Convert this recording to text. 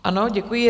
Ano, děkuji.